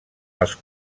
els